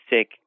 sick